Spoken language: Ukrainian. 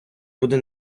буде